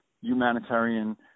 humanitarian